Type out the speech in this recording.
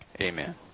Amen